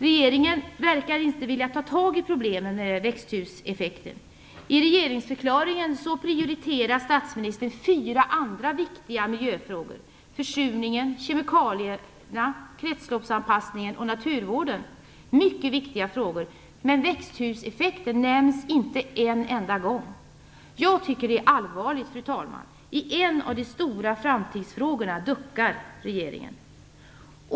Regeringen verkar inte vilja ta tag i problemet med växthuseffekten. I regeringsförklaringen prioriterar statsministern fyra andra viktiga miljöfrågor, nämligen försurningen, kemikalierna, kretsloppsanpassningen och naturvården. Det är mycket viktiga frågor, men växthuseffekten nämns inte en enda gång. Jag tycker att det är allvarligt, fru talman. I en av de stora framtidsfrågorna duckar regeringen.